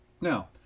Now